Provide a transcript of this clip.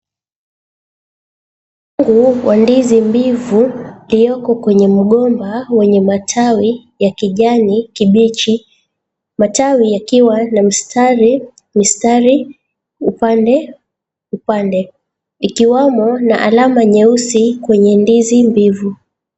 Mkungu wa ndizi mbivu iliyoko kwenye mgomba wenye matawi ya kijani kibichi. Matawi yakiwa na mstari mistari upande upande, ikiwamo na alama nyeusi kwenye ndizi mbivu.